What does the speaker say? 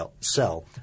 sell